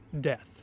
death